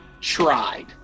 tried